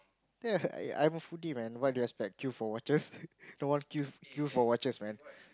ya ya I'm a foodie man what do you expect queue for watches no one queue queue for watches man